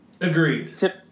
Agreed